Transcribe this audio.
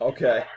Okay